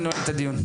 אני נועל את הדיון.